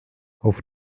auf